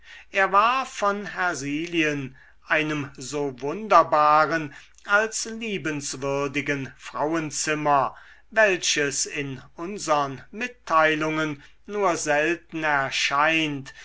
er war von hersilien einem so wunderbaren als liebenswürdigen frauenzimmer welches in unsern mitteilungen nur selten erscheint